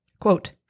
Quote